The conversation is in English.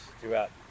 throughout